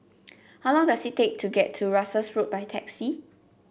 how long does it take to get to Russels Road by taxi